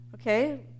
okay